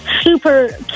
super